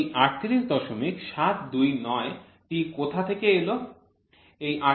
তো এই ৩৮৭২৯ টি কোথা থেকে এলো